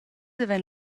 havein